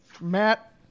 Matt